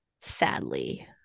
sadly